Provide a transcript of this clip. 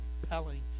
compelling